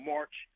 March